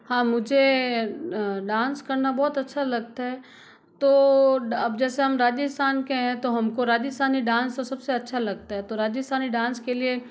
हाँ मुझे डांस करना बहुत अच्छा लगता है तो अब जैसे हम राजस्थान के हैं तो हमको राजस्थानी डांस सबसे अच्छा लगता है तो राजस्थानी डांस के लिए